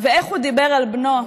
ואיך הוא דיבר על בנו.